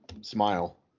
Smile